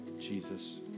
Jesus